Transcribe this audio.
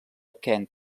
kent